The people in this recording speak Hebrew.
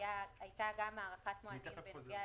הייתי מרים